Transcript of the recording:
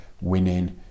winning